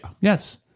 yes